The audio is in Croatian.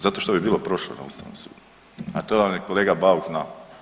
Zato što bi bio prošao na Ustavnom sudu, a to vam je kolega Bauk znao.